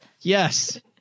Yes